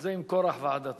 זה עם קורח ועדתו,